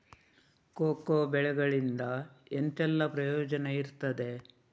Cocoa ಬೆಳೆಗಳಿಂದ ಎಂತೆಲ್ಲ ಪ್ರಯೋಜನ ಇರ್ತದೆ?